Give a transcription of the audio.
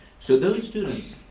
so those students